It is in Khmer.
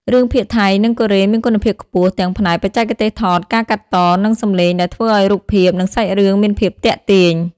រឿងភាគថៃ និងកូរ៉េមានគុណភាពខ្ពស់ ទាំងផ្នែក បច្ចេកទេសថត ការកាត់ត និងសំឡេង ដែលធ្វើឲ្យរូបភាព និងសាច់រឿងមានភាពទាក់ទាញ។